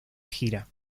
gira